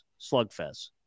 slugfest